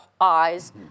eyes